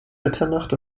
mitternacht